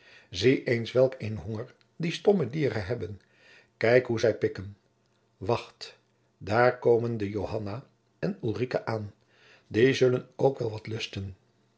pleegzoon een honger die stomme dieren hebben kijk hoe zij pikken wacht daar komen de joanna en ulrica aan die zullen ook wel wat lusten